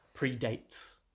predates